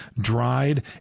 dried